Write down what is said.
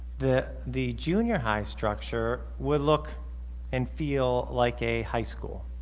the the junior high structure would look and feel like a high school